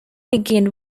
begin